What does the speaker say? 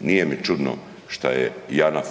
Nije mi čudno šta je JANAF,